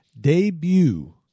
debut